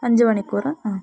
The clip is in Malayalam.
അഞ്ച് മണിക്കൂറ് ആ